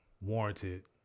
warranted